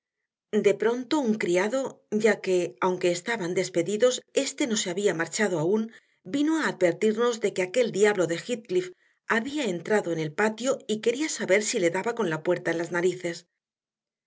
de pronto un criado ya que aunque estaban despedidos éste no se había marchado aún vino a advertirnos de que aquel diablo de heathcliff había entrado en el patio y quería saber si le daba con la puerta en las narices